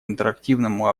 интерактивному